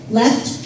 left